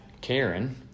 Karen